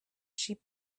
sheep